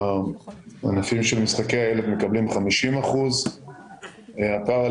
הענפים של משחקי אילת מקבלים 50%. הפארא